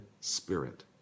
spirit